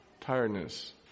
tiredness